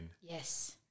Yes